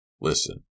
Listen